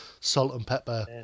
salt-and-pepper